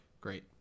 Great